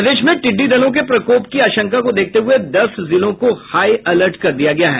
प्रदेश में टिड्डी दलों के प्रकोप की आशंका को देखते हुये दस जिलों को हाई अलर्ट कर दिया गया है